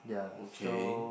okay